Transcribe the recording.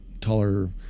taller